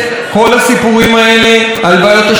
כל הסיפורים האלה על בעיות השקיפות,